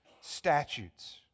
statutes